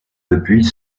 depuis